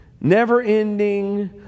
never-ending